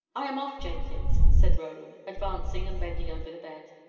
i am off, jenkins, said roland, advancing and bending over the bed.